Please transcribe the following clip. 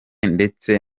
ndetse